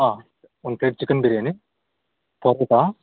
ಹಾಂ one plate chicken biryani ಪಾರ್ಸೆಲ್ಲಾ